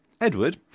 Edward